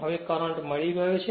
હવે કરંટ મળી ગયો છે